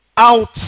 out